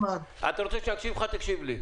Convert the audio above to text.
אתה רוצה שאני אקשיב לך, תקשיב לי.